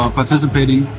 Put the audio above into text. participating